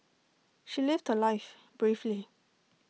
she lived her life bravely